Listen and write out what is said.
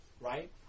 Right